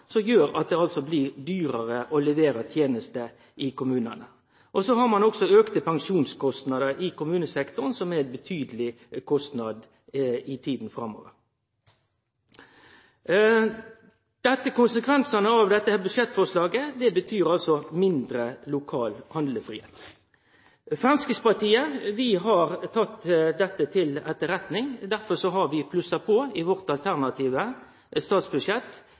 innbyggjarane, gjer at det blir dyrare å levere tenester i kommunane. Så har ein òg auka pensjonskostnader i kommunesektoren som er ein betydeleg kostnad i tida framover. Konsekvensane av dette budsjettforslaget betyr mindre lokal handlefridom. Framstegspartiet har teke dette til etterretning. Derfor har vi i vårt alternative statsbudsjett